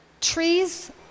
Trees